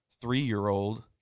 three-year-old